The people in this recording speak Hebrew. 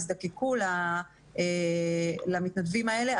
יזדקקו למתנדבים האלה.